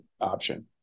option